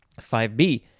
5B